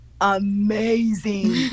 amazing